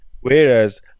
Whereas